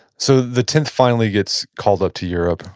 so the tenth finally gets called up to europe.